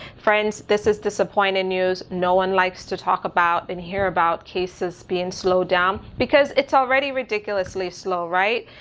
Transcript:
friends, this is disappointing news. no one likes to talk about and hear about cases being slowed down because it's already ridiculously slow, right?